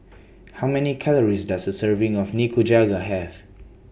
How Many Calories Does A Serving of Nikujaga Have